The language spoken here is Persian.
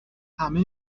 همه